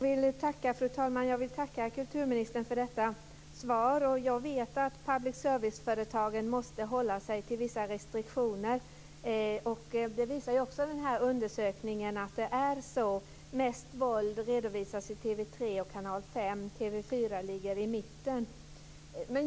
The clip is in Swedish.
Fru talman! Jag vill tacka kulturministern för detta svar. Jag vet att public service-företagen måste hålla sig till vissa restriktioner. Den undersökning jag nämnde visar att mest våld visas i TV 3 och Kanal 5, och TV 4 ligger i mitten.